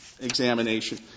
examination